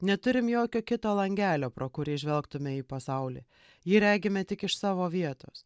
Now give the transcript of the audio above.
neturim jokio kito langelio pro kurį žvelgtume į pasaulį jį regime tik iš savo vietos